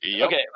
Okay